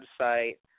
website